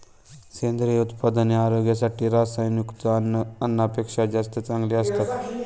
सेंद्रिय उत्पादने आरोग्यासाठी रसायनयुक्त अन्नापेक्षा जास्त चांगली असतात